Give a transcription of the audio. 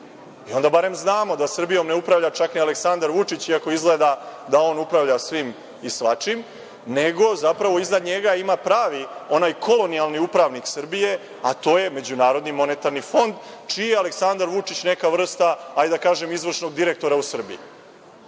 Onda barem znamo da Srbijom ne upravlja čak ni Aleksandar Vučić, iako izgleda da on upravlja svim i svačim, nego zapravo iznad njega ima pravi, onaj kolonijalni, upravnik Srbije, a to je MMF, čiji je Aleksandar Vučić neka vrsta, hajde da kažem, izvršnog direktora u Srbiji.